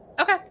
Okay